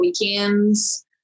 weekends